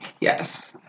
Yes